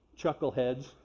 chuckleheads